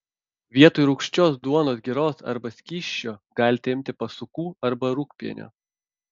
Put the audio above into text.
vietoj rūgščios duonos giros arba skysčio galite imti pasukų arba rūgpienio